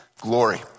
glory